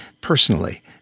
personally